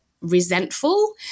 resentful